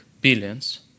billions